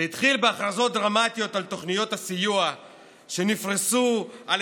זה התחיל בהכרזות דרמטיות על תוכניות הסיוע שנפרסו על